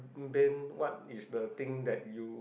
been what is the thing that you